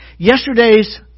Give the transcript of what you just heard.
Yesterday's